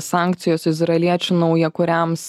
sankcijos izraeliečių naujakuriams